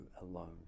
alone